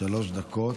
שלוש דקות.